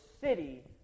city